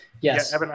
Yes